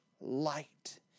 light